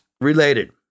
Related